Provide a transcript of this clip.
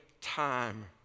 time